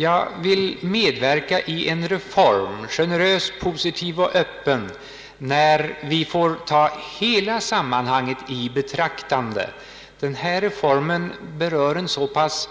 Jag vill medverka i en reform — generös, positiv och öppen — när vi får ta hela sammanhanget i betraktande. Denna reform berör en så pass